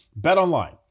BetOnline